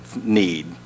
need